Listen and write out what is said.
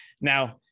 Now